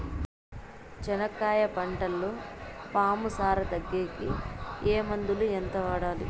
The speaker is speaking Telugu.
చెనక్కాయ పంటలో పాము సార తగ్గేకి ఏ మందులు? ఎంత వాడాలి?